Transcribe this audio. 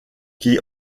qui